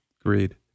Agreed